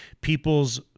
People's